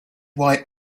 why